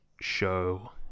show